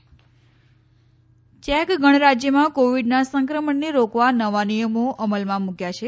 check lockdown check ગણરાજ્યમાં કોવીડના સંક્રમણને રોકવા નવા નિયમો અમલમાં મૂકયા છે